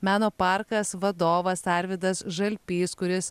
meno parkas vadovas arvydas žalpys kuris